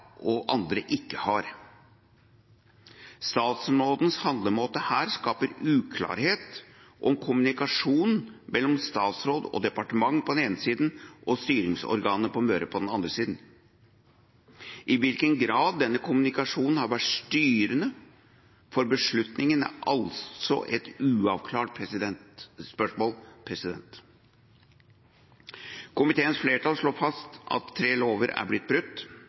og andre ikke har. Statsrådens handlemåte her skaper uklarhet om kommunikasjonen mellom statsråd og departement på den ene siden og styringsorganene på Møre på den andre siden. I hvilken grad denne kommunikasjonen har vært styrende for beslutningen er altså et uavklart spørsmål. Komiteens flertall slår fast at tre lover er blitt